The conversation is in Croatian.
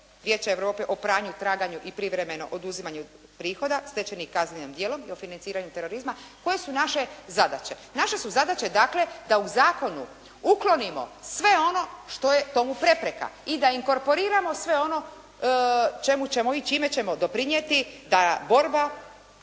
Vijeća Europe o pranju, traganju i privremenom oduzimanju prihoda stečenih kaznenim djelom i o financiranju terorizma koje su naše zadaće? Naše su zadaće dakle da u zakonu uklonimo sve ono što je tomu prepreka i da inkorporiramo sve ono čime ćemo doprinijeti da borba